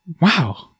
wow